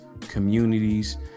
communities